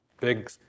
Big